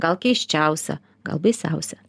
gal keisčiausia gal baisiausia